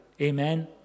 Amen